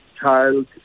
child